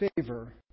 favor